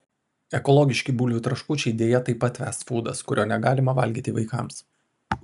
ekologiški bulvių traškučiai deja taip pat festfūdas kurio negalima valgyti vaikams